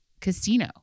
casino